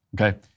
Okay